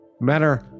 matter